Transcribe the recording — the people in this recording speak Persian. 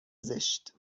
زشت